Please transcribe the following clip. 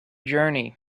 journey